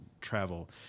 travel